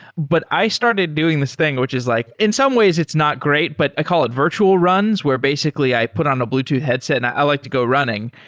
but i started doing this thing, which is like in some ways it's not great, but i call it virtual runs, where basically i put on a bluetooth headset and i like to go running,